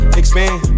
expand